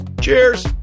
Cheers